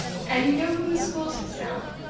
and you know who miss gwilt is now,